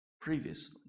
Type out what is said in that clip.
previously